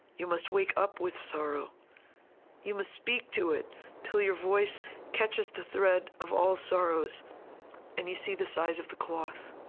you must wake up with sorrow you must speak to it till your voice catches the thread of all sorrows and you see the size of the cloth